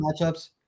matchups